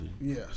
Yes